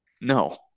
No